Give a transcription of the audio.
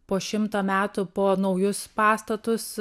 po šimto metų po naujus pastatus